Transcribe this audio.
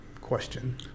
question